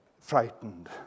frightened